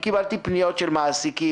קיבלתי פניות של מעסיקים,